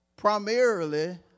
Primarily